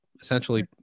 essentially